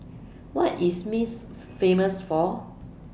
What IS Minsk Famous For